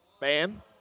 Bam